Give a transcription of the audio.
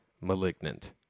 Malignant